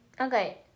okay